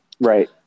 Right